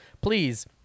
please